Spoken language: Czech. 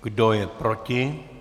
Kdo je proti?